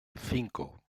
cinco